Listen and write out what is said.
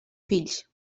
fills